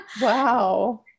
Wow